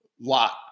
lot